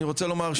אני אתייחס לזה.